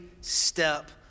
step